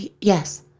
Yes